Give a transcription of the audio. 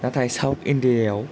नाथाय south India आव